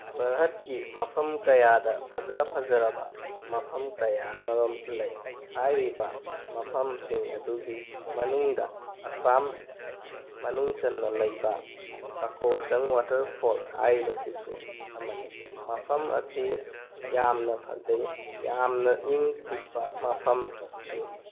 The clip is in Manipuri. ꯚꯥꯔꯠꯀꯤ ꯃꯐꯝ ꯀꯌꯥꯗ ꯐꯖ ꯐꯖꯔꯕ ꯃꯐꯝ ꯀꯌꯥ ꯑꯃꯔꯣꯝ ꯂꯩ ꯍꯥꯏꯔꯤꯕ ꯃꯐꯝꯁꯤꯡ ꯑꯗꯨꯒꯤ ꯃꯅꯨꯡꯗ ꯑꯁꯥꯝ ꯃꯅꯨꯡ ꯆꯟꯅ ꯂꯩꯕ ꯀꯀꯣꯆꯪ ꯋꯥꯇꯔꯐꯣꯜ ꯍꯥꯏꯔꯤꯕꯁꯤꯁꯨ ꯑꯃꯅꯤ ꯃꯐꯝ ꯑꯁꯤ ꯌꯥꯝꯅ ꯐꯖꯩ ꯌꯥꯝꯅ ꯏꯪ ꯆꯤꯛꯄ ꯃꯐꯝꯅꯤ